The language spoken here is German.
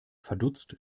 verdutzt